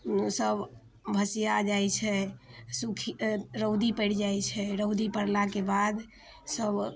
सभ भसिया जाइ छै सुखी रौदी पड़ि जाइ छै रौदी पड़लाके बाद सभ